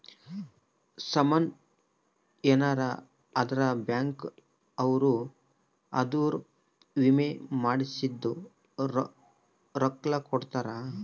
ಸಾಮನ್ ಯೆನರ ಅದ್ರ ಬ್ಯಾಂಕ್ ಅವ್ರು ಅದುರ್ ವಿಮೆ ಮಾಡ್ಸಿದ್ ರೊಕ್ಲ ಕೋಡ್ತಾರ